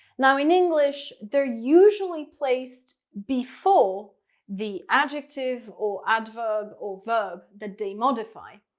now in english, they're usually placed before the adjective or adverb or verb that they modify.